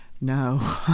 No